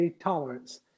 tolerance